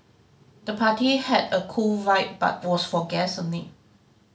the party had a cool vibe but was for guests only